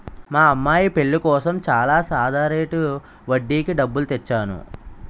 మా అమ్మాయి పెళ్ళి కోసం చాలా సాదా రేటు వడ్డీకి డబ్బులు తెచ్చేను